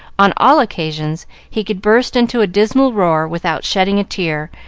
on all occasions, he could burst into a dismal roar without shedding a tear,